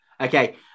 Okay